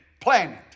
planet